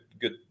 good